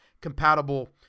compatible